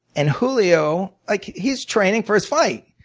and julio, like he's training for his fight.